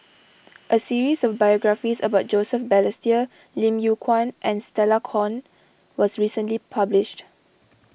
a series of biographies about Joseph Balestier Lim Yew Kuan and Stella Kon was recently published